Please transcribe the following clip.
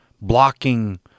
blocking